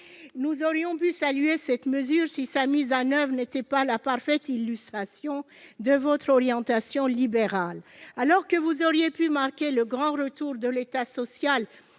Nous aurions pu saluer cette mesure si sa mise en oeuvre n'était pas la parfaite illustration de votre orientation libérale. Alors que vous auriez pu marquer le grand retour de l'État social